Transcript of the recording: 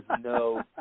no